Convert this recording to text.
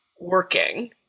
working